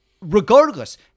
Regardless